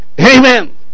Amen